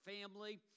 family